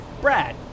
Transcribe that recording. Brad